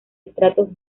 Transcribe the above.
estratos